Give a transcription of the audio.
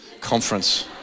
conference